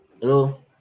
Hello